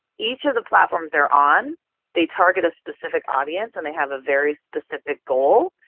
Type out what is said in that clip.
each of the platforms they are on they target a specific audience and they have a very specific goal.